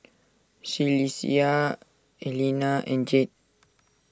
Celestia Elena and Jed